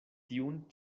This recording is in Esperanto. tiun